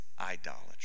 idolatry